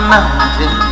Mountain